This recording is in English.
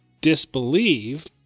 disbelieve